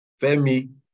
Femi